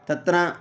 तत्र